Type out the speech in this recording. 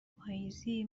پاییزی